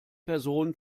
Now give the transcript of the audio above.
person